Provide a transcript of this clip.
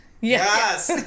yes